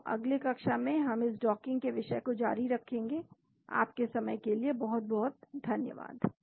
तो अगली कक्षा में हम इस डॉकिंग के विषय को जारी रखेंगे आपके समय के लिए बहुत धन्यवाद